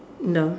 no